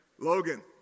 Logan